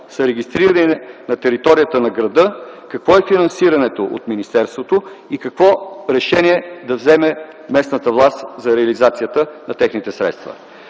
са регистрирани на територията на града, какво е финансирането от министерството и какво решение да вземе местната власт за реализацията на техните средства.